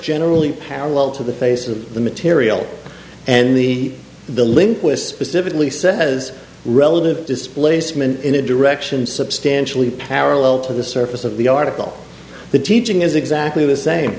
generally parallel to the face of the material and the the link with specifically says relative displacement in a direction substantially parallel to the surface of the article the teaching is exactly the same